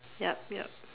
yup yup